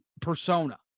persona